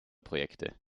projekte